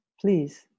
please